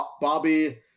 Bobby